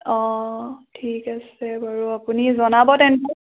অঁ ঠিক আছে বাৰু আপুনি জনাব তেন্তে